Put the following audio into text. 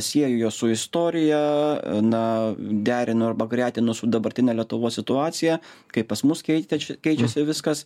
sieju juos su istorija na derinu arba gretinu su dabartine lietuvos situacija kai pas mus keitėš keičiasi viskas